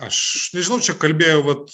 aš nežinau čia kalbėjo vat